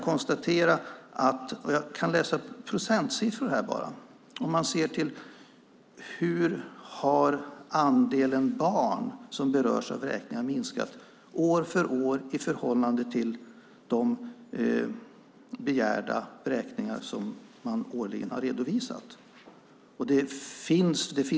Det finns procentsiffror på hur andelen barn som berörs av vräkningar har minskat år för år i förhållande till de begärda vräkningar som årligen redovisats.